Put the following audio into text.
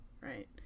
right